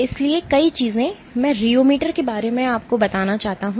इसलिए कई चीजें मैं रियोमीटर के बारे में कहना चाहता हूं